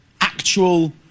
Actual